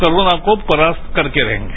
corona का परास्त करके रहेंगे